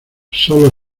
solo